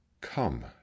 come